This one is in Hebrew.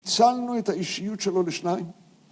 ‫פיצלנו את האישיות שלו לשניים.